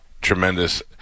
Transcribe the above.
tremendous